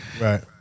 Right